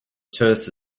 terse